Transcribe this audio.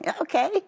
okay